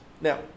Now